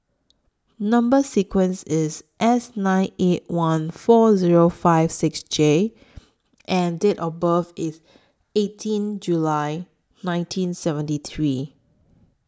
Number sequence IS S nine eight one four Zero five six J and Date of birth IS eighteen July nineteen seventy three